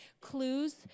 clues